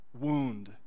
wound